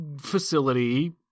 facility